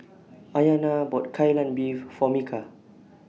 Ayana bought Kai Lan Beef For Micah